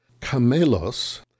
camelos